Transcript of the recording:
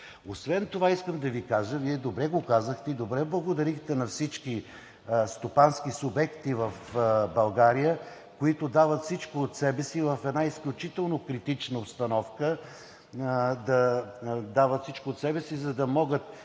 Освен това искам да Ви кажа, Вие добре го казахте и добре благодарихте на всички стопански субекти в България, които в една изключително критична обстановка дават всичко от себе си, за да могат